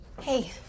Hey